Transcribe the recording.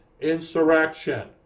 insurrection